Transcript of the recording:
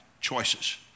choices